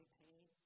pain